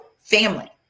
family